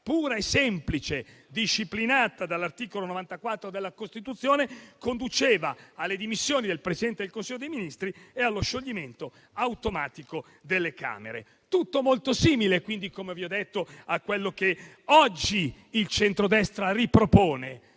pura e semplice, disciplinata dall'articolo 94 della Costituzione, conduceva alle dimissioni del Presidente del Consiglio dei ministri e allo scioglimento automatico delle Camere. Tutto molto simile quindi, come vi ho detto, a quello che oggi il centrodestra ripropone,